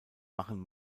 machen